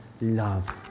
love